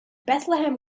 bethlehem